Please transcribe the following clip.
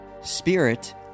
Spirit